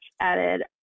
added